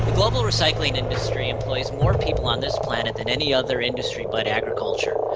global recycling industry employs more people on this planet than any other industry but agriculture.